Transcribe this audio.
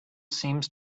seems